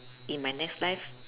in my next life